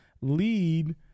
lead